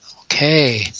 Okay